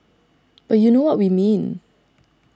but you know what we mean